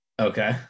okay